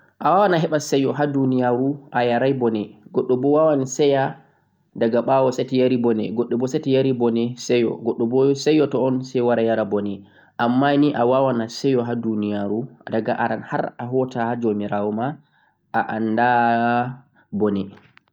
Seyoo wawan heɓe ayarai ɓone, goɗɗo boo seto yari ɓone dagaɓawo sai o seyo.